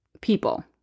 people